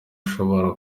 ashobora